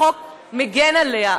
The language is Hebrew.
החוק מגן עליה,